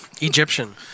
Egyptian